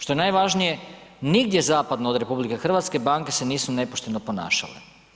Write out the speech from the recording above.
Što je najvažnije nigdje zapadno od RH banke se nisu nepošteno ponašale.